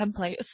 templates